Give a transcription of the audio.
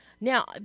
Now